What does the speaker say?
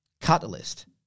catalyst